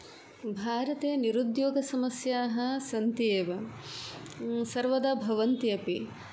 भारते निरुद्योगसमस्याः सन्ति एव सर्वदा भवन्ति अपि